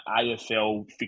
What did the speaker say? AFL